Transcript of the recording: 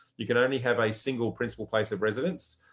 you can only have a single principal place of residence,